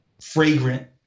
fragrant